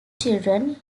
children